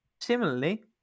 Similarly